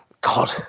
God